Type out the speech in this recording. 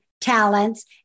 talents